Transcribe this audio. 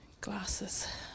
Glasses